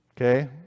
okay